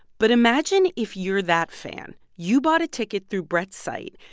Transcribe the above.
but imagine if you're that fan, you bought a ticket through brett's site.